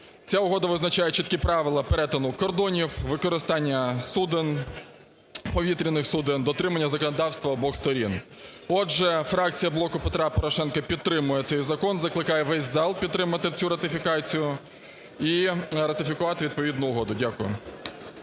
Ця угода визначає чіткі правила перетину кордонів, використання суден, повітряних суден, дотримання законодавства обох сторін. Отже, фракція "Блоку Петра Порошенка" підтримує цей закон і закликає весь зал підтримати цю ратифікацію і ратифікувати відповідну угоду. Дякую.